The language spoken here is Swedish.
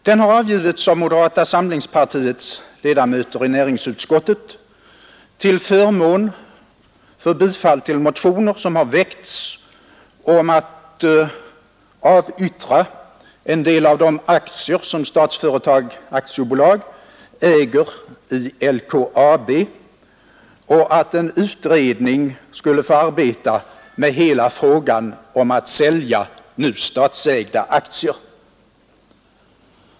Den har avgivits av moderata samlingspartiets ledamöter i näringsutskottet till förmån för bifall till motioner som har väckts om att avyttra en del av de aktier som Statsföretag AB äger i LKAB och om att en utredning skulle få arbeta med hela frågan att sälja nu statsägda aktier.